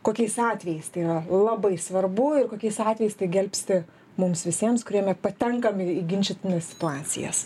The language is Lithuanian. kokiais atvejais tai yra labai svarbu ir kokiais atvejais tai gelbsti mums visiems kuriame patenkame į ginčytinas situacijas